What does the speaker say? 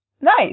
Nice